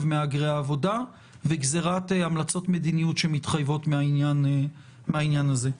מהגרי העבודה וגזרת המלצות מדיניות שמתחייבות מהעניין הזה.